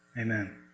Amen